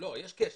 יש קשר.